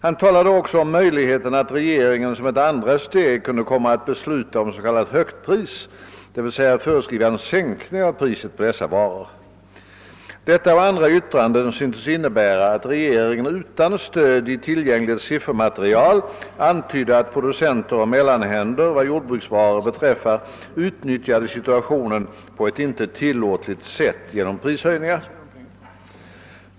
Han talade också om möjligheten att regeringen som ett andra steg kunda komma att besluta om s.k. högstpris, dvs. föreskriva en sänkning av priset på dessa varor. Detta och andra yttranden synes innebära att regeringen utan stöd i tillgängligt siffermaterial antydde, att producenter och mellanhänder vad jordbruksvaror beträffar utnyttjade situationen på ett inte tillåtligt sätt genom prishöjningar.